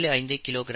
75 kilogram